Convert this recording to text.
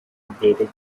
updated